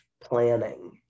planning